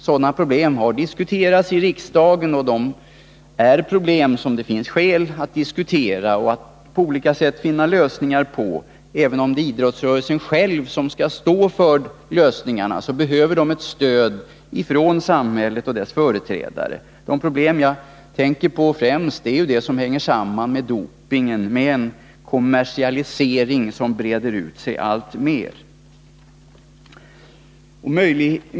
Sådana problem har diskuterats här i riksdagen, och det finns skäl att diskutera dem för att på olika sätt finna lösningar. Även om det är fråga om problem som idrottsrörelsen själv skall ta ansvaret för, behöver den ett stöd från samhället och dess företrädare — jag tänker främst på de problem som sammanhänger med doping och med en kommersialisering som breder ut sig alltmer.